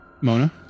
Mona